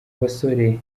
basore